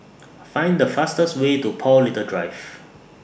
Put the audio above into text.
Find The fastest Way to Paul Little Drive